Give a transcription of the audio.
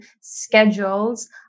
schedules